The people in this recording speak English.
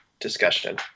discussion